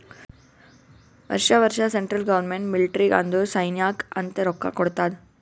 ವರ್ಷಾ ವರ್ಷಾ central government ಮಿಲ್ಟ್ರಿಗ್ ಅಂದುರ್ ಸೈನ್ಯಾಕ್ ಅಂತ್ ರೊಕ್ಕಾ ಕೊಡ್ತಾದ್